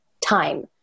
time